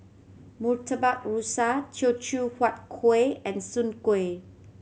Murtabak Rusa Ceochew Huat Kuih and Soon Kuih